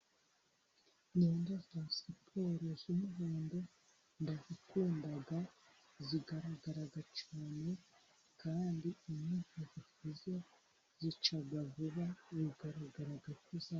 Imyenda ya siporo y'umuhondo, ndayikunda igaragara cyane, kandi iyo umuntu ayifuze icya vuba, bigaragara ko yanduye.